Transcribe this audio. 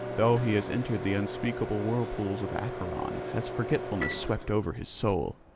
though he has entered the unspeakable whirlpools of acheron, has forgetfulness swept over his soul,